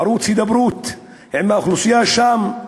ערוץ הידברות עם האוכלוסייה שם.